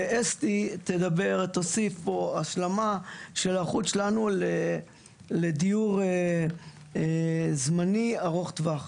ואסתי תשלים פה של ההיערכות שלנו לדיור זמני ארוך טווח.